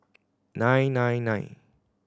nine nine nine